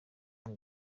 umwe